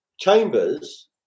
chambers